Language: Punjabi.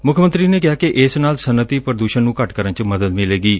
ਮੁੱਖ ਮੰਤਰੀ ਨੇ ਕਿਹਾ ਕਿ ਇਸ ਨਾਲ ਸਨਅਤੀ ਪ੍ਰਦੁਸ਼ਣ ਨੂੰ ਘੱਟ ਕਰਨ ਚ ਮਦਦ ਮਿਲੇਗੀ